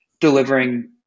delivering